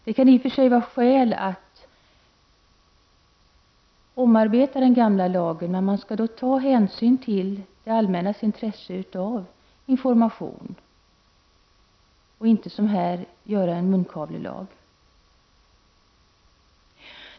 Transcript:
Det kan i och för sig vara skäl att omarbeta den gamla lagen, men man skall då ta hänsyn till det allmännas intresse av information och inte som här göra en munkavlelag.